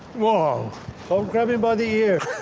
ah ah grab him by the ear!